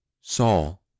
Saul